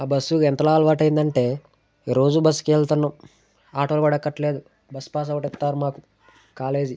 ఆ బస్సు ఎంతలా అలవాటైందంటే ఇక రోజూ బస్సుకే వెళ్తన్నాం ఆటో కూడా ఎక్కట్లేదు బస్ పాస్ ఒకటి ఇస్తారు మాకు కాలేజీ